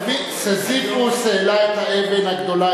סיזיפוס העלה את האבן הגדולה,